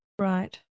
Right